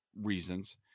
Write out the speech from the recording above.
reasons